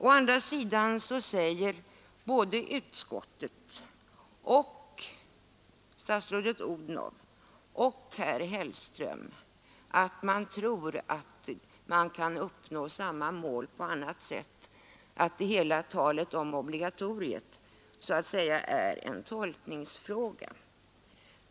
Å andra sidan säger utskottet, statsrådet Odhnoff och herr Hellström att man tror att man kan uppnå samma mål på annat sätt, att hela talet om obligatoriet så att säga är en tolkningsfråga.